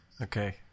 Okay